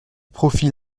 profils